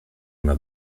una